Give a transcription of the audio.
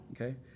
okay